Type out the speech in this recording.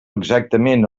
exactament